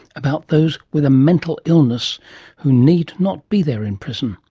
about those with a mental illness who need not be there in prison.